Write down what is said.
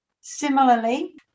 Similarly